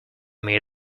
meet